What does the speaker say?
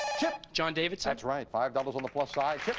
chip? john davidson. that's right. five dollars on the plus side. chip